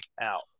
out